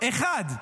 אחד.